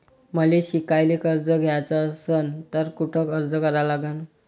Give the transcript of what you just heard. मले शिकायले कर्ज घ्याच असन तर कुठ अर्ज करा लागन?